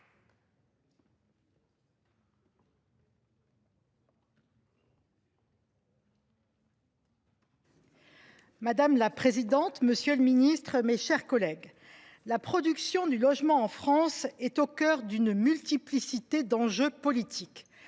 Madame la présidente, monsieur le ministre, mes chers collègues, « la production du logement en France est au cœur d’une multiplicité d’enjeux politiques.